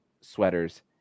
sweaters